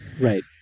Right